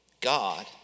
God